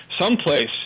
someplace